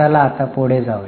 चला आता पुढे जाऊ